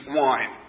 wine